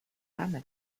tamme